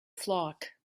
flock